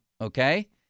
okay